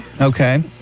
Okay